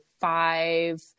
five